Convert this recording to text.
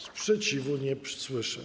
Sprzeciwu nie słyszę.